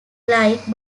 like